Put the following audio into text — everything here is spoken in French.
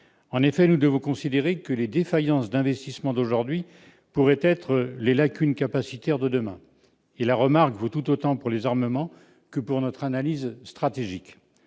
En effet, nous devons considérer que les défaillances d'investissement d'aujourd'hui pourraient être les lacunes capacitaires de demain. La remarque vaut tout autant pour les armements que pour notre analyse stratégique.